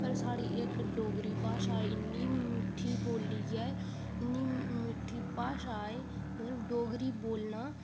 पर साढ़ी इक डोगरी भाशा इन्नी मिट्ठी बोल्ली ऐ इन्नी मिठ्ठी भाशा ऐ मतलब डोगरी बोलना